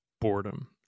boredom